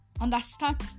understand